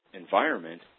environment